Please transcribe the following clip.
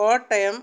Kottayam